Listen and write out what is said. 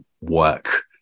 work